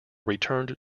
returned